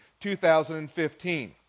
2015